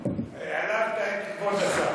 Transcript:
העלבת את כבוד השר.